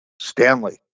Stanley